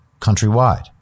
countrywide